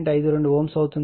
52 Ω అవుతుంది